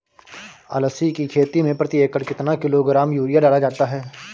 अलसी की खेती में प्रति एकड़ कितना किलोग्राम यूरिया डाला जाता है?